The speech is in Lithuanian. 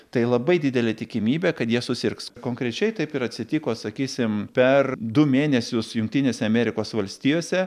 tai labai didelė tikimybė kad jie susirgs konkrečiai taip ir atsitiko sakysim per du mėnesius jungtinėse amerikos valstijose